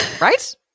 Right